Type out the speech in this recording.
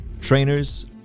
trainers